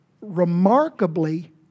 remarkably